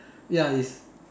ya is